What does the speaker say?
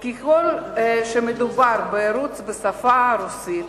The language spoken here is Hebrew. ככל שמדובר בערוץ בשפה הרוסית,